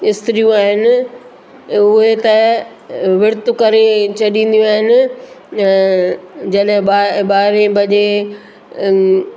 स्त्रियूं आहिनि उहे त विर्त करे छॾींदियूं आहिनि जॾहिं ॿार ॿारहें बजे